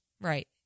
right